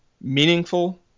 meaningful